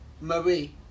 Marie